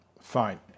fine